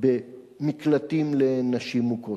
במקלטים לנשים מוכות.